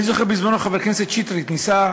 אני זוכר שבזמנו חבר הכנסת שטרית ניסה,